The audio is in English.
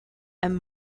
and